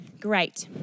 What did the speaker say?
Great